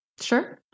Sure